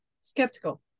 skeptical